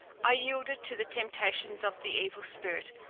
i yielded to the temptations of the evil spirit,